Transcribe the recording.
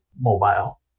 mobile